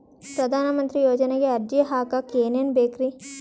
ಪ್ರಧಾನಮಂತ್ರಿ ಯೋಜನೆಗೆ ಅರ್ಜಿ ಹಾಕಕ್ ಏನೇನ್ ಬೇಕ್ರಿ?